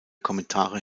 kommentare